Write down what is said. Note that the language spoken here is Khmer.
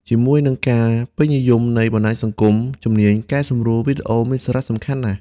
ជាមួយនឹងការពេញនិយមនៃបណ្ដាញសង្គម ជំនាញកែសម្រួលវីដេអូមានសារៈសំខាន់ណាស់។